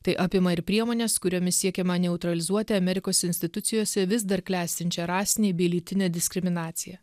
tai apima ir priemones kuriomis siekiama neutralizuoti amerikos institucijose vis dar klestinčią rasinę bei lytinę diskriminaciją